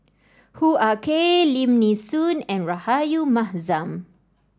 Hoo Ah Kay Lim Nee Soon and Rahayu Mahzam